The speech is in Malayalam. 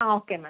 ആ ഓക്കെ മാം